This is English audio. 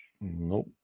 Nope